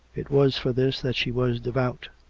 it was for this that she was devout,